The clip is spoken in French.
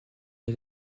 est